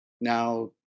now